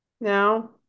now